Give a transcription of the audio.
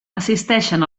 assisteixen